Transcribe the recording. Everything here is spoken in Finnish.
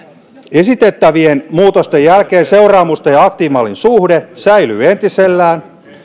esitettävien muutosten jälkeen seuraamusten ja aktiivimallin suhde säilyy entisellään